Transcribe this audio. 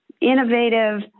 innovative